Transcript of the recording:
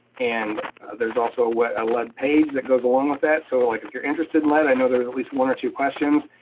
and there's also a lead page that goes along with that. so like if you're interested in that i know there's at least one or two questions.